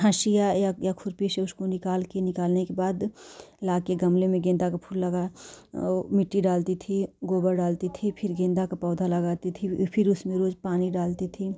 हशिया या या खुर्पी से उसको निकालकर निकालने के बाद लाकर गमले में गेंदे का फूल लगा मिट्टी डालती थी गोबर डालती थी फ़िर गेंदे का पौधा लगाती थी फ़िर उसमें रोज़ पानी डालती थी